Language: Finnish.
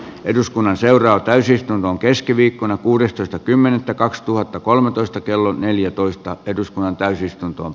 eduskunnan seuraa täysistunnon keskiviikkona kuudestoista kymmenettä kaksituhattakolmetoista kello neljätoista eduskunnan täysistunto